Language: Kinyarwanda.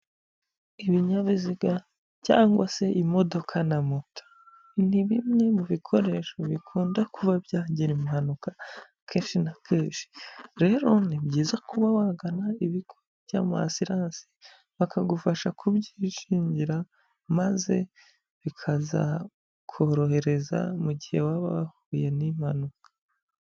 Ibinyabiziga cyangwa se imodoka na moto, ni bimwe mu bikoresho bikunda kuba byagira impanuka kenshi na kenshi, rero ni byiza kuba wagana ibigo by'amasiranse bakagufasha kubyishingira maze bikazakorohereza mu gihe waba wahuye n'impanuka.